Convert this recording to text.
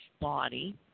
body